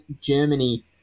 Germany